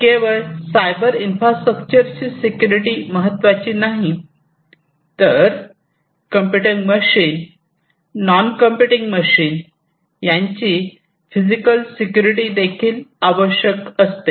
केवळ सायबर इन्फ्रास्ट्रक्चरची सिक्युरिटी महत्त्वाची नाही तर computing machine non computing machine यांची फिजिकल सिक्युरिटी देखील आवश्यक असते